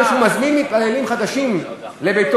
הוא אומר שהוא מזמין מתפללים חדשים לביתו.